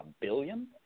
billion